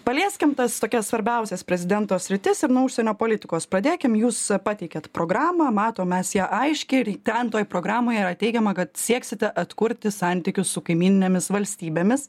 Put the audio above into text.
palieskim tas tokias svarbiausias prezidento sritis ir nuo užsienio politikos pradėkim jūs pateikėt programą matom mes ją aiškiai ir į ten toj programoje yra teigiama kad sieksite atkurti santykius su kaimyninėmis valstybėmis